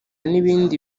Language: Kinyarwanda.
n’ibindi